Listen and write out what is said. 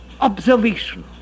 observation